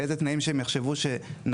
באיזה תנאים שהם יחשבו שנכון,